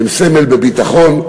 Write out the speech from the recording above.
הן סמל בביטחון,